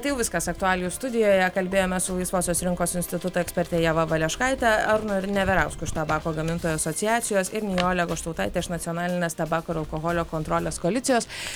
tai jau viskas aktualijų studijoje kalbėjomės su laisvosios rinkos instituto eksperte ieva valeškaite arnu neverausku iš tabako gamintojų asociacijos ir nijolė goštautaitė aš nacionalinės tabako alkoholio kontrolės koalicijos